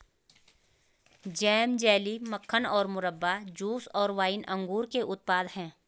jam, jelly, मक्खन और मुरब्बा, जूस और वाइन अंगूर के उत्पाद हैं